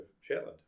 Shetland